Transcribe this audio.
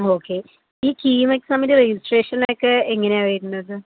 okay ഈ കീം എക്സാമിന്റെ രജിസ്ട്രേഷനൊക്കേ എങ്ങനെയാ വരുന്നത്